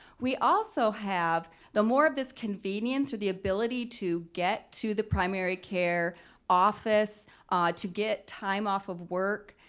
we also have the more of this convenience or the ability to get to the primary care office to get time off of work,